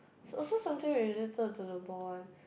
it's also something related to the ball one